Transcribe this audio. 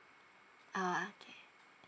ah okay